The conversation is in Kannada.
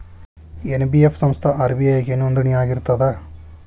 ಎನ್.ಬಿ.ಎಫ್ ಸಂಸ್ಥಾ ಆರ್.ಬಿ.ಐ ಗೆ ನೋಂದಣಿ ಆಗಿರ್ತದಾ?